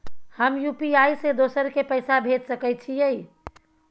हम यु.पी.आई से दोसर के पैसा भेज सके छीयै?